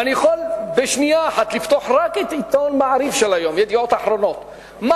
ואני יכול בשנייה אחת לפתוח רק את עיתון "ידיעות אחרונות" של היום,